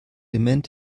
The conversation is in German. element